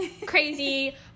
crazy